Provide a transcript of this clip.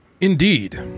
Indeed